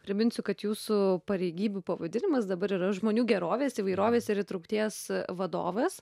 priminsiu kad jūsų pareigybių pavadinimas dabar yra žmonių gerovės įvairovės ir įtraukties vadovas